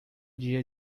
dia